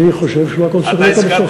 אני חושב שלא הכול צריך להיות על הצרכן.